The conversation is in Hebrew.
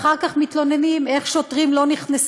אחר כך מתלוננים איך שוטרים לא נכנסים,